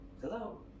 hello